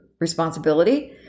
responsibility